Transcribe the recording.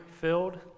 filled